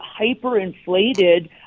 hyperinflated